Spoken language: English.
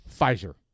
Pfizer